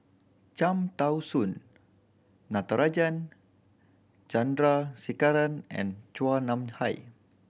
Cham Tao Soon Natarajan Chandrasekaran and Chua Nam Hai